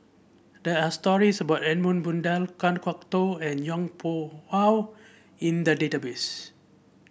there are stories about Edmund Blundell Kan Kwok Toh and Yong Pung How in the database